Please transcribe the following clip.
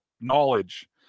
knowledge